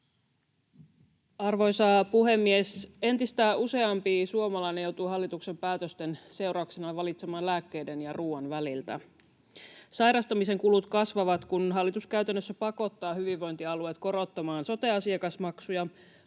Arvoisa puhemies! Entistä useampi suomalainen joutuu hallituksen päätösten seurauksena valitsemaan lääkkeiden ja ruoan väliltä. Sairastamisen kulut kasvavat, kun hallitus käytännössä pakottaa hyvinvointialueet korottamaan sote-asiakasmaksuja,